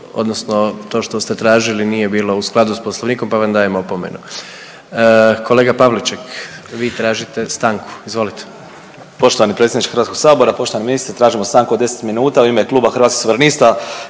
odnosno to što ste tražili nije bilo u skladu s Poslovnikom pa vam dajem opomenu. Kolega Pavliček, vi tražite stanku, izvolite. **Pavliček, Marijan (Hrvatski suverenisti)** Poštovani predsjedniče Hrvatskog sabora, poštovani ministre tražimo stanku od 10 minuta u ime Kluba Hrvatskih suverenista